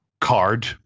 card